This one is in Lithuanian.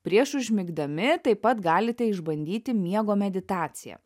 prieš užmigdami taip pat galite išbandyti miego meditaciją